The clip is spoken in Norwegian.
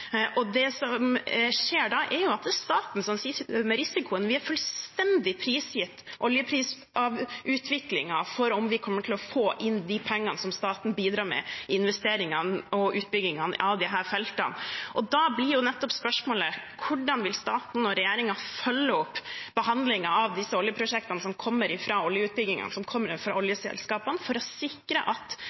Det som skjer da, er at det er staten som sitter med risikoen. Vi er fullstendig prisgitt oljeprisutviklingen når det gjelder om vi kommer til å få inn de pengene som staten bidrar med, investeringene i utbyggingen av disse feltene. Da blir spørsmålet: Hvordan vil staten og regjeringen følge opp behandlingen av disse oljeprosjektene som kommer av oljeutbygginger, som kommer fra oljeselskapene, for å sikre at